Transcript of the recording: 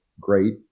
great